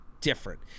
different